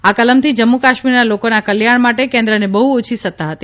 આ કલમથી જમ્મુ કાશ્મીરના લોકોના કલ્યાણ માટે કેન્દ્રને બહ્ ઓછી સત્તા હતી